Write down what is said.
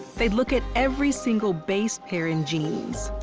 they look at every single base pair in genes.